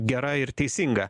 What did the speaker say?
gera ir teisinga